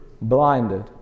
blinded